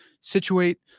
situate